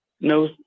No